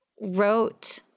wrote